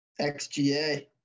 XGA